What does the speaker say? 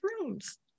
rooms